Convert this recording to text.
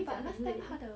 eh but last time 她的